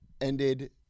ended